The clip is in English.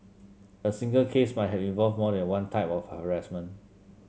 a single case might have involved more than one type of harassment